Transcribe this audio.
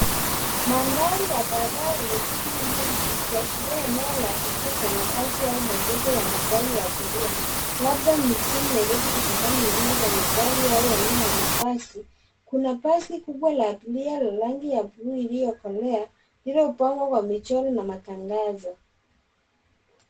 Mandhari ya barabara yenye shughuli nyingi, ikiashiria eneo la kituo cha basi au mwegezo wa magari ya abiria, labda mjini Nairobi kutokana na namba za magari au aina ya mabasi. Kuna basi kubwa la abiria la rangi ya buluu iliyokolea, lililopambwa kwa michoro na matangazo.